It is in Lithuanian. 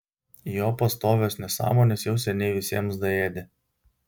jo pastovios nesąmonės jau seniai visiems daėdė